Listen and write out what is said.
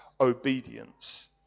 obedience